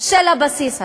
של הבסיס הזה,